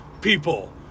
people